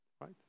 Right